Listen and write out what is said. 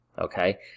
Okay